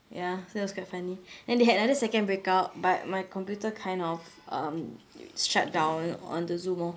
ya so it was quite funny then they had another second break up but my computer kind of um shut down on the zoom orh